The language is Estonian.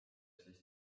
siis